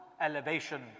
elevation